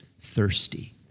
thirsty